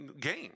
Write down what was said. game